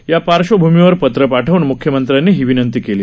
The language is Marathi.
त्या पार्श्वभूमीवर पत्र पाठवून मुख्यमंत्र्यांनी ही विनंती केली